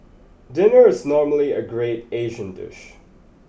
dinner is normally a great Asian dish